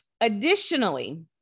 Additionally